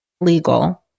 legal